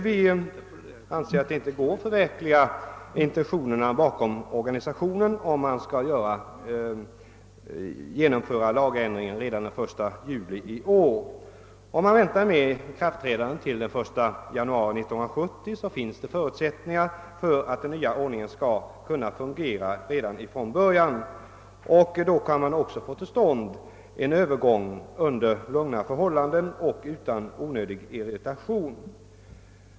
Vi reservanter anser att det inte går att förverkliga intentionerna bakom organisationen om man skall genomföra lagändringen redan den 1 juli i år. Om man väntar med ikraftträdandet till den 1 januari 1970 finns förutsättningar för att den nya ordningen skall kunna fungera redan från början. Då kan man också få till stånd en övergång under lugnare förhållanden och utan onödig irritation.